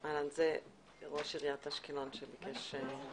זה דיון חגיגי במיוחד שאנחנו מארחים בו את